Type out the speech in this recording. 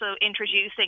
introducing